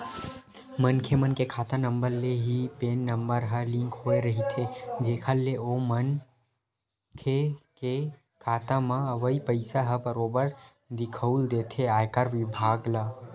मनखे मन के खाता नंबर ले ही पेन नंबर ह लिंक होय रहिथे जेखर ले ओ मनखे के खाता म अवई पइसा ह बरोबर दिखउल देथे आयकर बिभाग ल